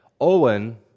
Owen